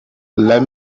let